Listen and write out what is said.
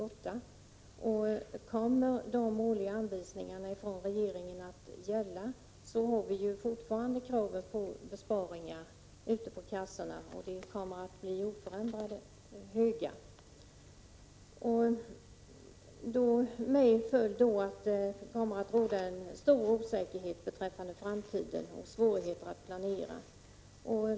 Gäller de årliga anvisningarna från regeringen, så har vi fortfarande kravet på besparingar ute på kassorna, och de kommer att bli oförändrat höga. Följden blir en stor osäkerhet beträffande framtiden och svårigheter att planera.